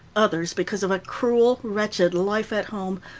others because of a cruel, wretched life at home,